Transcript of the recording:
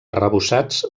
arrebossats